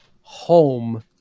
home